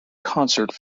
concert